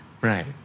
Right